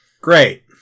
great